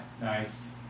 Nice